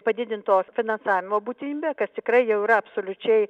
padidinto finansavimo būtinybę kas tikrai jau yra absoliučiai